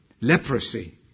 leprosy